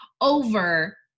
over